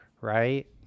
right